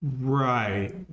Right